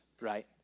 right